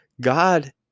God